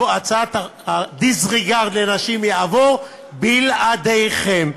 ה-disregard לנשים יעבור ב-ל-ע-ד-י-כ-ם.